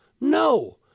No